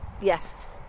Yes